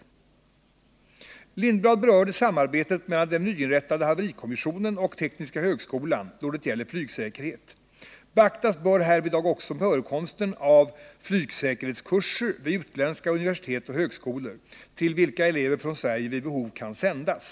Hans Lindblad berörde sambandet mellan den nyinrättade haverikommissionen och tekniska högskolan då det gäller flygsäkerhet. Beaktas bör härvidlag också förekomsten av flygsäkerhetskurser vid utländska universitet och högskolor, till vilka elever från Sverige vid behov kan sändas.